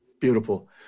Beautiful